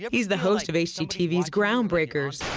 yeah he's the host of hgtv's ground breakers.